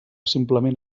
simplement